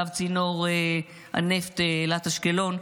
קו צינור הנפט אילת אשקלון,